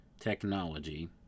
technology